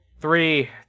three